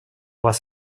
вас